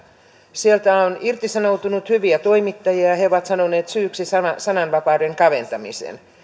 sieltä on irtisanoutunut hyviä toimittajia ja he ovat sanoneet syyksi sananvapauden kaventamisen